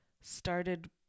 started